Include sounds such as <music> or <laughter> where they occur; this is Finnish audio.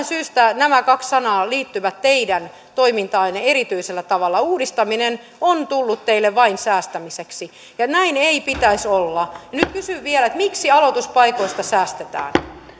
<unintelligible> syystä nämä kaksi sanaa liittyvät teidän toimintaanne erityisellä tavalla uudistaminen on tullut teille vain säästämiseksi ja näin ei pitäisi olla nyt kysyn vielä miksi aloituspaikoista säästetään